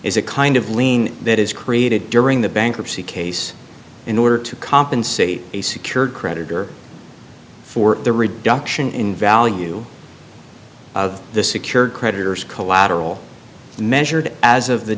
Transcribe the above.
is a kind of lien that is created during the bankruptcy case in order to compensate a secured creditor for the reduction in value of the secured creditors collateral measured as of the